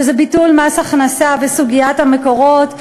שזה ביטול מס הכנסה וסוגיית המקורות,